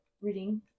reading